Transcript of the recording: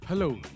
Hello